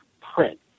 print